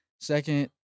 Second